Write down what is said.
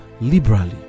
liberally